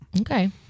Okay